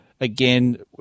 again